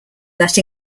that